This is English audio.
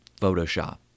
Photoshop